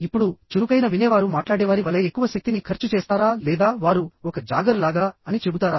ఇప్పుడు చురుకైన వినేవారు మాట్లాడేవారి వలె ఎక్కువ శక్తిని ఖర్చు చేస్తారా లేదా వారు ఒక జాగర్ లాగా అని చెబుతారా